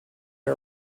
are